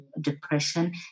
depression